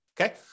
okay